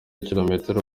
kilometero